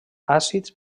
àcids